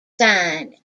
signed